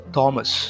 Thomas